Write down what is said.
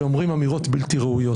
שאומרים אמירות בלתי ראויות,